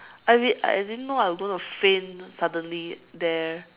I didn't I didn't know I was going to faint suddenly there